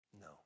No